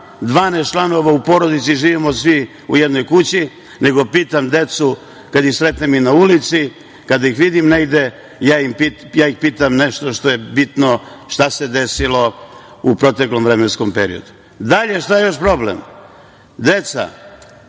12 članova u porodici, živimo svi u jednoj kući, nego pitam decu kada ih sretnem i na ulici, kada ih vidim negde, ja ih pitam nešto što je bitno šta se desilo u proteklom vremenskom periodu. Šta je još problem? Deca